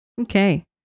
Okay